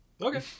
Okay